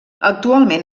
actualment